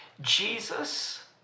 jesus